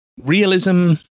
realism